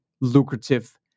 lucrative